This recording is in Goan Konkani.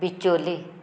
बिचोले